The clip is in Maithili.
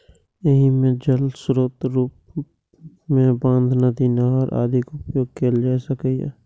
एहि मे जल स्रोतक रूप मे बांध, नदी, नहर आदिक उपयोग कैल जा सकैए